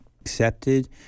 accepted